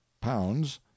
Pounds